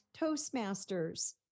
Toastmasters